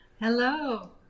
Hello